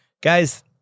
guys